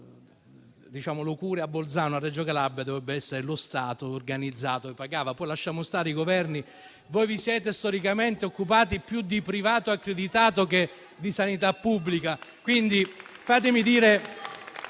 di diagnosi, che sia a Bolzano o a Reggio Calabria, dovrebbe essere lo Stato organizzato a pagare. Lasciamo stare i Governi; voi vi siete storicamente occupati più di privato accreditato che di sanità pubblica. *(Commenti*.